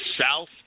South